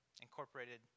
incorporated